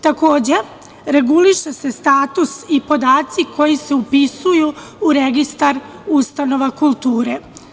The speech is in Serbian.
Takođe, reguliše se status i podaci koji se upisuju u registar ustanova kulture.